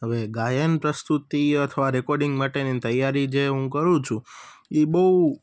હવે ગાયન પ્રસ્તુતિ અથવા રેકોર્ડિંગ માટેની તૈયારી જે હું કરું છું એ બહુ